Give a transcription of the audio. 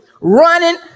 running